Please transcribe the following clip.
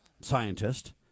scientist